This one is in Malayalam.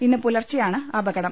ഇന്ന് പുലർച്ചെയാണ് അപകടം